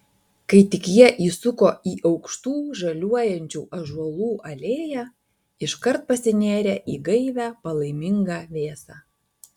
kai tik jie įsuko į aukštų žaliuojančių ąžuolų alėją iškart pasinėrė į gaivią palaimingą vėsą